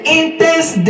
intense